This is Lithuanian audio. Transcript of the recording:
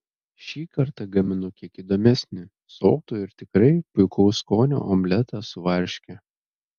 šį kartą gaminu kiek įdomesnį sotų ir tikrai puikaus skonio omletą su varške